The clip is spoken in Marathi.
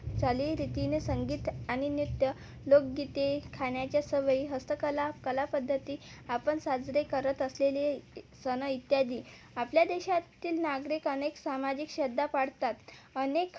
चालीरीतीने संगीत आणि नृत्य लोकगीते खाण्याच्या सवयी हस्तकला कलापद्धती आपण साजरे करत असलेले सण इत्यादि आपल्या देशातील नागरिक अनेक सामाजिक श्रद्धा पाळतात अनेक